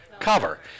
cover